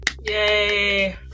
yay